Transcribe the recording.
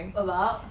!walao!